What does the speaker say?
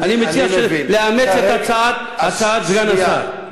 אני מציע לאמץ את הצעת סגן השר.